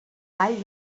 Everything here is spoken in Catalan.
vall